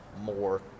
more